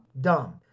Dumb